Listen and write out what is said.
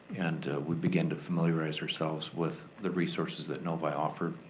and we began to familiarize ourselves with the resources that novi offered,